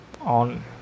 on